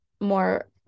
more